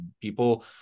People